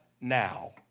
now